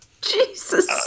Jesus